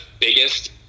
biggest